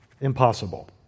Impossible